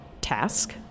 task